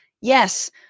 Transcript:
Yes